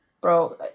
Bro